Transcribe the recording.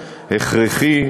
הכרחי,